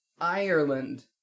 Ireland